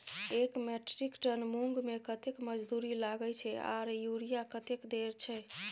एक metric ton मूंग में कतेक मजदूरी लागे छै आर यूरिया कतेक देर छै?